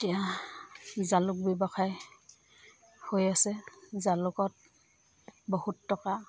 এতিয়া জালুক ব্যৱসায় হৈ আছে জালুকত বহুত টকা